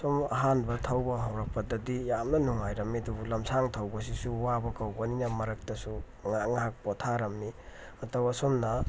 ꯁꯨꯝ ꯑꯍꯥꯟꯕ ꯊꯧꯕ ꯍꯧꯔꯛꯄꯗꯗꯤ ꯌꯥꯝꯅ ꯅꯨꯉꯥꯏꯔꯝꯃꯤ ꯑꯗꯨꯕꯨ ꯂꯝꯁꯥꯡ ꯊꯧꯕꯁꯤꯁꯨ ꯋꯥꯕ ꯀꯧꯕꯅꯤꯅ ꯃꯔꯝꯇꯁꯨ ꯉꯥꯏꯍꯥꯛ ꯉꯥꯏꯍꯥꯛ ꯄꯣꯊꯥꯔꯝꯃꯤ ꯃꯇꯧ ꯑꯁꯨꯝꯅ